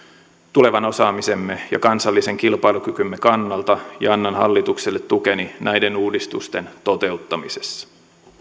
tulevan osaamisemme ja kansallisen kilpailukykymme kannalta ja annan hallitukselle tukeni näiden uudistusten toteuttamisessa